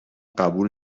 قبول